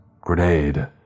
Grenade